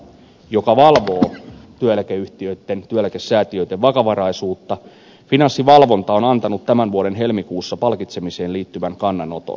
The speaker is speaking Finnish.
finanssivalvonta joka valvoo työeläkeyhtiöitten työeläkesäätiöitten vakavaraisuutta on antanut tämän vuoden helmikuussa palkitsemiseen liittyvän kannanoton